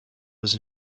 was